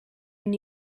when